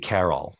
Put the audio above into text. Carol